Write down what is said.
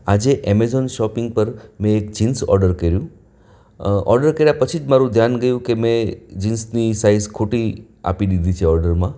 આજે Amazon shopping પર મેં એક જીન્સ ઓડર કર્યું ઓડર કર્યા પછી જ મારું ધ્યાન ગયું કે મે જીન્સની સાઇઝ ખોટી આપી દીધી છે ઓડરમાં